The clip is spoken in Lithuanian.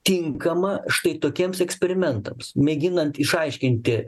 tinkama štai tokiems eksperimentams mėginant išaiškinti